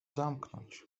zamknąć